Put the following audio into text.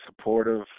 supportive